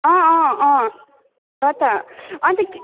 अँ अँ अँ छ त अनि त